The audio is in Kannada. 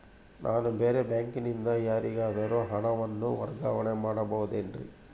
ನಾನು ಬೇರೆ ಬ್ಯಾಂಕಿನಿಂದ ಯಾರಿಗಾದರೂ ಹಣವನ್ನು ವರ್ಗಾವಣೆ ಮಾಡಬಹುದೇನ್ರಿ?